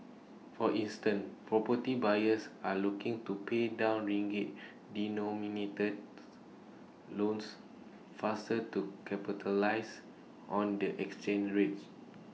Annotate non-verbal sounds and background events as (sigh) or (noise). for instance property buyers are looking to pay down ringgit denominated (noise) loans faster to capitalise on the exchange rates